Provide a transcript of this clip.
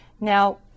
Now